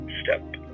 Step